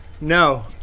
no